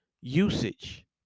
usage